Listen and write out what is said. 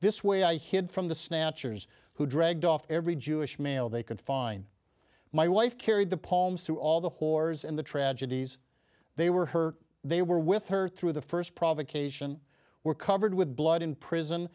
this way i hid from the snatchers who dragged off every jewish male they could find my wife carried the poems to all the whores and the tragedies they were hurt they were with her through the first provocation were covered with blood in prison